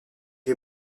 est